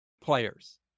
players